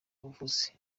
buvuzi